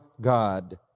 God